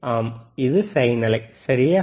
ஆம் இது சைன் அலை சரியா